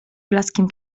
blaskiem